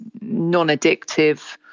non-addictive